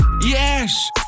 yes